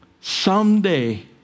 someday